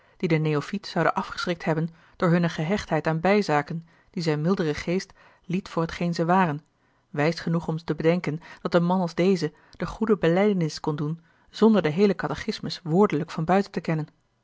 die den neophiet zouden afgeschrikt hebben door hunne gehechtheid aan bijzaken die zijn mildere geest liet voor t geen ze waren wijs genoeg om te bedenken dat een man als deze de goede belijdenis kon doen zonder de heele cathechismus woordelijk van buiten te kennen